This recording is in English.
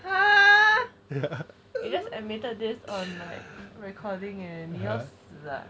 !huh! you just admitted this on like recording eh 你要死啊